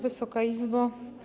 Wysoka Izbo!